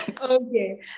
Okay